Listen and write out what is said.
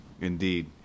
Indeed